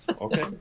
Okay